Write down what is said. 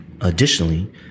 Additionally